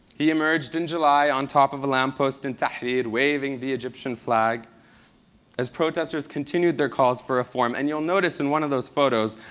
he emerged in july on top of a lamppost in tahrir waving the egyptian flag as protestors continued their calls for reform. and you will notice in one of the photos,